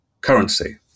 currency